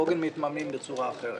"עוגן" מתממנים בצורה אחרת.